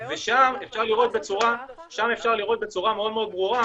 ושם אפשר לראות בצורה מאוד מאוד ברורה